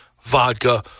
vodka